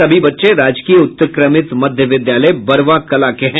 सभी बच्चे राजकीय उत्क्रमित मध्य विद्यालय बरवा कला के हैं